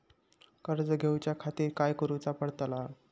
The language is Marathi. कर्ज घेऊच्या खातीर काय करुचा पडतला?